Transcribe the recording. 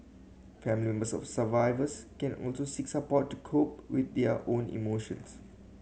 family members of survivors can also seek support to cope with their own emotions